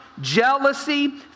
jealousy